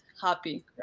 happy